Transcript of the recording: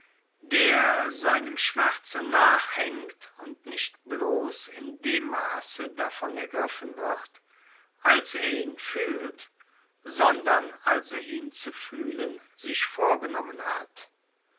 der seinem schmerze nachhängt und nicht blos in dem maße davon ergriffen wird als er ihn fühlt sondern als er ihn zu fühlen sich vorgenommen hat